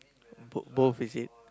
b~ both is it